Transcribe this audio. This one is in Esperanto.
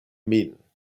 min